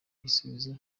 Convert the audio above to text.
igisubizo